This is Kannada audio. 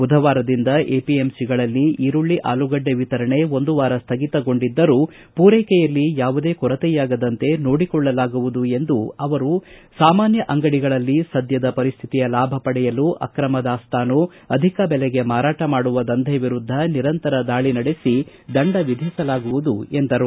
ಬುಧವಾರದಿಂದ ಎಪಿಎಂಸಿಗಳಲ್ಲಿ ಈರುಳ್ಳಿ ಆಲೂಗಡ್ಡೆ ವಿತರಣೆ ಒಂದು ವಾರ ಸ್ಟಗಿತಗೊಂಡಿದ್ದರೂ ಪೂರೈಕೆಯಲ್ಲಿ ಯಾವುದೇ ಕೊರತೆಯಾಗದಂತೆ ನೋಡಿಕೊಳ್ಳಲಾಗುವುದು ಎಂದು ಅವರು ಸಾಮಾನ್ಯ ಅಂಗಡಿಗಳಲ್ಲಿ ಸದ್ಯದ ಪರಿಸ್ಟಿತಿಯ ಲಾಭ ಪಡೆಯಲು ಆಕ್ರಮ ದಾಸ್ತಾನು ಅಧಿಕ ಬೆಲೆಗೆ ಮಾರಾಟ ಮಾಡುವ ದಂಧೆ ವಿರುದ್ದ ನಿರಂತರ ದಾಳಿ ನಡೆಸಿ ದಂಡ ವಿಧಿಸಲಾಗುವುದು ಎಂದರು